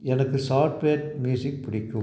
எனக்கு சாட்பேட் மியூசிக் பிடிக்கும்